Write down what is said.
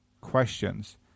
questions